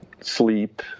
sleep